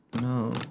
No